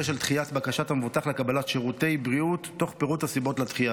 של דחיית בקשת המבוטח לקבלת שירותי בריאות תוך פירוט הסיבות לדחייה.